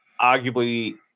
arguably